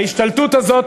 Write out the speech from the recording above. ההשתלטות הזאת,